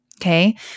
Okay